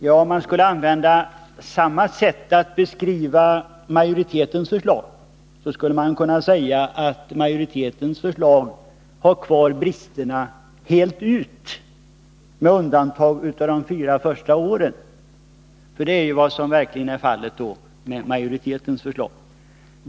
Ja, om man skulle beskriva majoritetens förslag på samma sätt, skulle man kunna säga att majoritetens förslag har kvar bristerna fullt ut, med undantag av de fyra första åren. Det är ju vad som är fallet med majoritetens förslag.